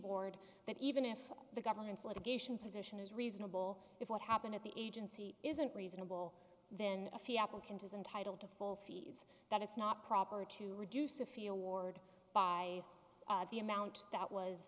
board that even if the government's litigation position is reasonable if what happened at the agency isn't reasonable then a few applicant is entitle to full fees that it's not proper to reduce a field ward by the amount that was